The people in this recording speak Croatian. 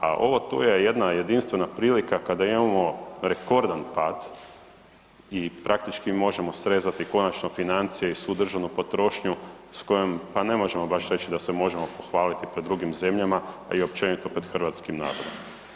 A ovo tu je jedna jedinstvena prilika kada imamo rekordan pad i praktički možemo srezati konačno financije i svu državnu potrošnju s kojom pa ne možemo baš reći da se može pohvaliti pred drugim zemljama, a i općenito pred hrvatskim narodom.